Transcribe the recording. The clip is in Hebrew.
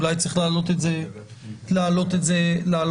אולי צריך להעלות את זה שם,